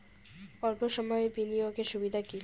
অল্প সময়ের বিনিয়োগ এর সুবিধা কি?